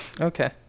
Okay